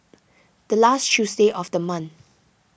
the last Tuesday of the month